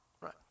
right